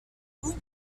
vous